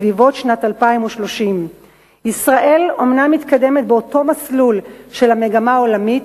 בסביבות שנת 2030. ישראל אומנם מתקדמת באותו מסלול של המגמה העולמית,